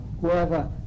whoever